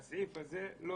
אדוני לא